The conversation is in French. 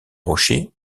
rochers